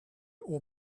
all